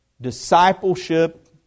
Discipleship